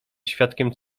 świadkiem